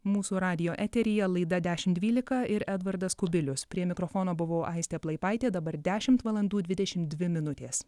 mūsų radijo eteryje laida dešimt dvylika ir edvardas kubilius prie mikrofono buvo aistė plaipaitė dabar dešimt valandų dvidešimt dvi minutės